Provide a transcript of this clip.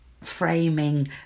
framing